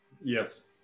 yes